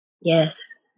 Yes